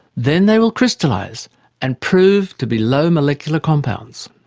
then they will crystallise and prove to be low molecular compounds.